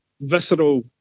visceral